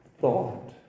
thought